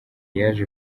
yaje